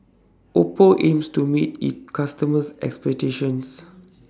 Oppo aims to meet its customers' expectations